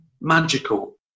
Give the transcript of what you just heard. magical